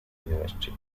university